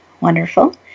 Wonderful